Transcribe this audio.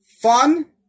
fun